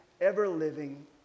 ever-living